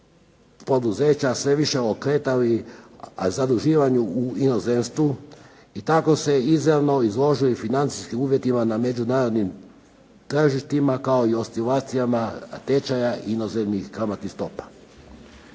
poduzeća sve više okretali zaduživanju u inozemstvu i tako se izravno izložili financijskim uvjetima na međunarodnim tržištima kao i oscilacijama tečaja inozemnih kamatnih stopa.